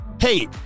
Hey